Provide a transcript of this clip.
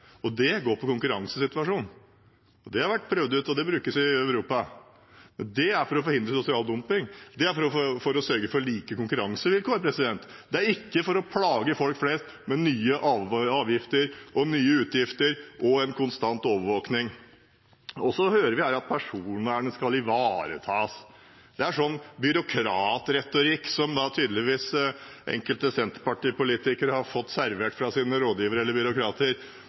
og det er på grunn av konkurransesituasjonen. Det har vært prøvd ut, og det brukes i Europa. Det er for å forhindre sosial dumping. Det er for å sørge for like konkurransevilkår. Det er ikke for å plage folk flest med nye avgifter og nye utgifter og en konstant overvåkning. Så hører vi at personvernet skal ivaretas. Det er sånn byråkratretorikk som enkelte senterpartipolitikere tydeligvis har fått servert fra sine rådgivere eller byråkrater.